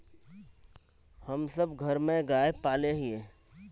हम सब घर में गाय पाले हिये?